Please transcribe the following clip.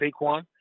Saquon